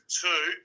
two